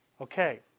Okay